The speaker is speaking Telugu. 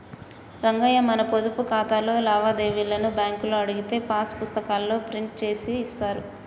రంగయ్య మన పొదుపు ఖాతాలోని లావాదేవీలను బ్యాంకులో అడిగితే పాస్ పుస్తకాల్లో ప్రింట్ చేసి ఇస్తారు